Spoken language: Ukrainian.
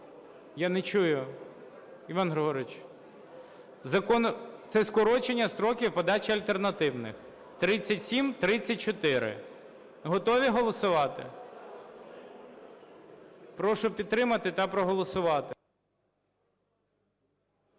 Я не чую, Іван Григорович. Це скорочення строків подачі альтернативних, 3734. Готові голосувати? Прошу підтримати та проголосувати.